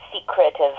secretive